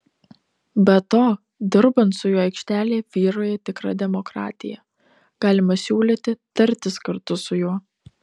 be to dirbant su juo aikštelėje vyrauja tikra demokratija galima siūlyti tartis kartu su juo